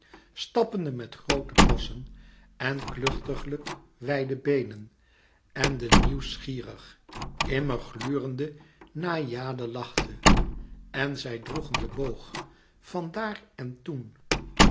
stappende met groote passen en kluchtiglijk wijde beenen en de nieuwsgierig immer glurende naïade lachte en zij droegen den boog van daar en toen